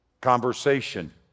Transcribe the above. conversation